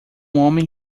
homem